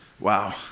Wow